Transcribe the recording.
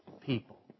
people